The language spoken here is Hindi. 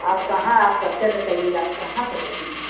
आप कहाँ आप परिचय बताइए आप कहाँ पर रहती हैं